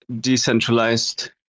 decentralized